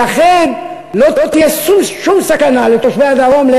ולכן לא תהיה שום סכנה לתושבי הדרום.